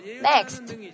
Next